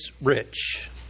rich